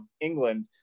England